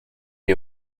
est